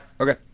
Okay